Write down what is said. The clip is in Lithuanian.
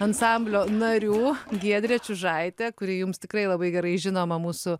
ansamblio narių giedrė čiužaite kuri jums tikrai labai gerai žinoma mūsų